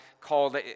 called